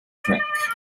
track